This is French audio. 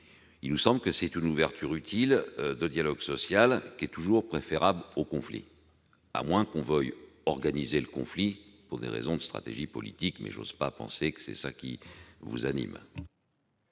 Cela nous semble une ouverture utile. Le dialogue social est toujours préférable au conflit, à moins de vouloir organiser le conflit pour des raisons de stratégie politique. Mais je n'ose penser que ce soit cela qui vous anime